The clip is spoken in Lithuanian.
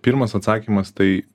pirmas atsakymas tai